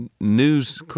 news